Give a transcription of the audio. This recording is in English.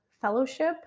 fellowship